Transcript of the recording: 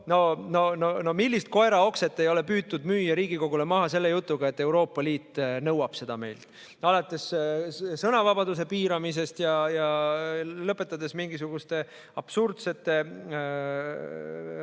No millist koeraokset ei ole püütud müüa Riigikogule maha selle jutuga, et Euroopa Liit seda meilt nõuab, alates sõnavabaduse piiramisest ja lõpetades mingisuguste absurdsete